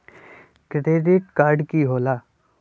Credit card की होला?